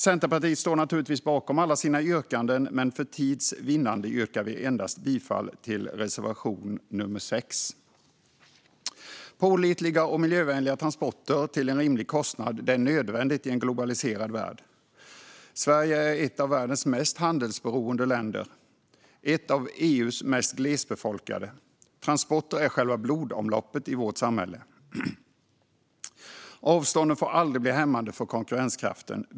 Centerpartiet står naturligtvis bakom alla sina yrkanden, men för tids vinnande yrkar vi bifall endast till reservation nr 6. Pålitliga och miljövänliga transporter till rimlig kostnad är nödvändiga i en globaliserad värld. Sverige är ett av världens mest handelsberoende länder och ett av EU:s mest glesbefolkade. Transporter är själva blodomloppet i vårt samhälle. Avstånden får aldrig bli hämmande för konkurrenskraften.